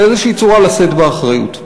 באיזושהי צורה, לשאת באחריות.